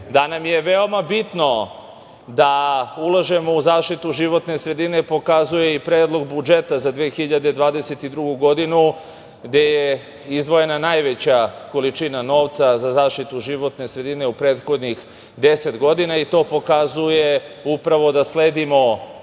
nam je veoma bitno da ulažemo u zaštitu životne sredine pokazuje i Predlog budžeta za 2022. godinu, gde je izdvojena najveća količina novca za zaštitu životne sredine u prethodnih deset godina, i to pokazuje upravo da sledimo